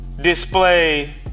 display